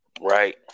Right